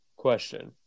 Question